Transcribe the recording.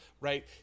right